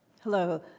Hello